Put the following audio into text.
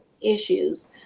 issues